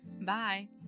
bye